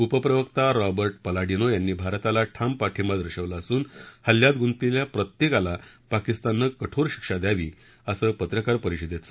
उपप्रवक्ता Robert Paladino यांनी भारताला ठाम पाठिंबा दर्शवला असून हल्ल्यात गुंतलेल्या प्रत्येकाला पाकिस्ताननं कठोर शिक्षा द्यावी असं पत्रकार परिषदेत सांगितलं